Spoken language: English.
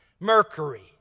Mercury